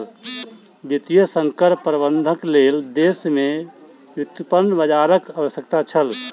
वित्तीय संकट प्रबंधनक लेल देश में व्युत्पन्न बजारक आवश्यकता छल